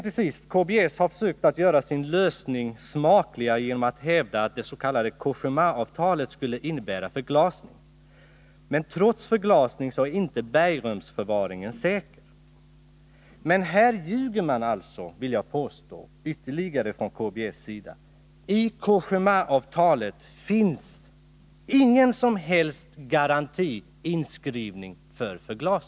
Till sist: KBS har försökt att göra sin lösning smakligare genom att hävda att Cogémaavtalet skulle innebära krav på förglasning. Men bergrumsför 105 varing är inte säker ens om man använder förglasning. Jag vill påstå att man från KBS sida ljuger också i det här avseendet. I Cogémaavtalet finns nämligen ingen som helst garanti om förglasning inskriven.